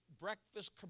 breakfast